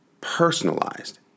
personalized